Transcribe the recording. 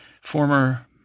Former